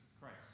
Christ